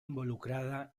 involucrada